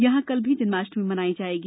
यहां कल भी जन्माष्टमी मनाई जायेगी